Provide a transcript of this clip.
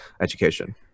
education